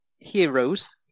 heroes